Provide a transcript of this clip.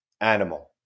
animal